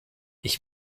ich